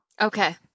Okay